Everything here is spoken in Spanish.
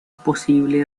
posible